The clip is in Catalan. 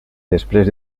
després